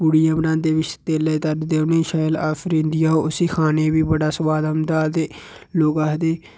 पूड़ियां बनांदे प्ही तेलै ई तलदे उ'नेंई शैल आफरी जंदियां ओह् उसी खाने गी बी बड़ा सोआद औंदा ते लोक आखदे